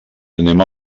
anem